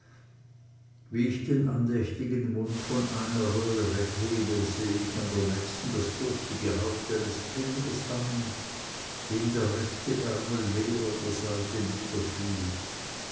wie ich den andächtigen mund von einer röhre weghebe sehe ich an der nächsten das durstige haupt eines pilgers hangen dem der rechte ärmel leer an der seite